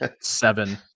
seven